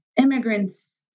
immigrants